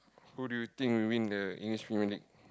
who do you think will win the English Premier-League